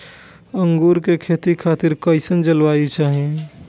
अंगूर के खेती खातिर कइसन जलवायु चाही?